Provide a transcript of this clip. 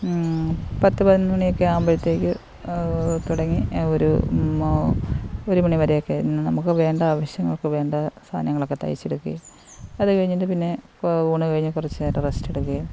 പത്ത് പതിനൊന്നുമണിയൊക്കെ ആകുമ്പോഴത്തേക്ക് തുടങ്ങി ഒരു ഒരുമണിവരെയൊക്കെയിരുന്ന് നമ്മള്ക്ക് വേണ്ട ആവശ്യങ്ങൾക്ക് വേണ്ട സാധനങ്ങളൊക്കെ തയ്ച്ചെടുക്കുകയും അതുകഴിഞ്ഞിട്ട് പിന്നെ ഊണു കഴിഞ്ഞു കുറച്ചു നേരം റെസ്റ്റെടുക്കുകയും